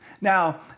Now